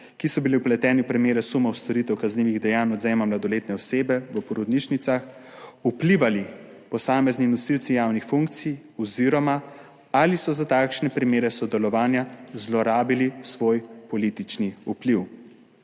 ki so bili vpleteni v primere sumov storitev kaznivih dejanj odvzema mladoletne osebe v porodnišnicah, vplivali posamezni nosilci javnih funkcij oziroma ali so za takšne primere sodelovanja zlorabili svoj politični vpliv.